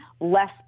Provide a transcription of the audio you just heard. less